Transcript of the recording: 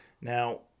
Now